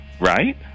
right